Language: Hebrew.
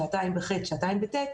שעתיים בכיתה ח' ושעתיים בכיתה ט',